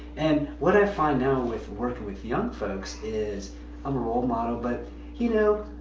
and what i find now with working with young folks, is i'm a role model but you know,